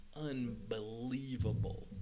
unbelievable